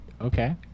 Okay